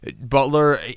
butler